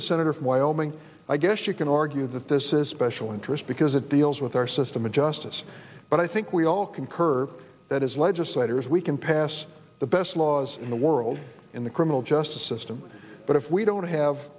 the senator from wyoming i guess you can argue that this is special interest because it deals with our system of justice but i think we all concur that is legislators we can pass the best laws in the world in the criminal justice system but if we don't have